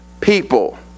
people